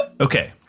Okay